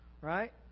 Right